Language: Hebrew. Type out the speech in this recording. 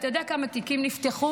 אתה יודע כמה תיקים נפתחו,